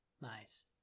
Nice